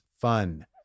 fun